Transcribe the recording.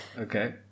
Okay